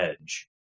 edge